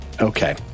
Okay